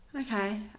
Okay